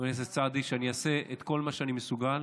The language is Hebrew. הכנסת סעדי, שאני אעשה את כל מה שאני מסוגל